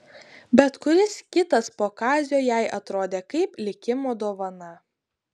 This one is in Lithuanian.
bet kuris kitas po kazio jai atrodė kaip likimo dovana